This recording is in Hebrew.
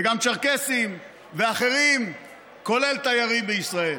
וגם צ'רקסים, ואחרים, כולל תיירים בישראל.